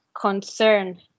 concern